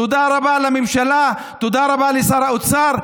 תודה רבה לממשלה, תודה רבה לשר האוצר.